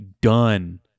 done